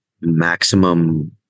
maximum